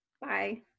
Bye